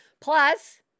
Plus